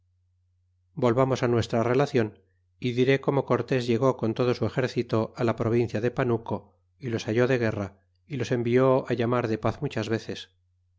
volvamos nuestra relacion y diré corno cortés llegó con todo su exército la provincia de panuco y los halló de guerra y los envió llamar de paz muchas veces